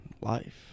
life